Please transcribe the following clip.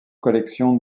collection